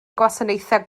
gwasanaethau